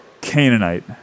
Canaanite